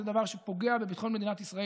זה דבר שפוגע בביטחון מדינת ישראל,